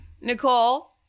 Nicole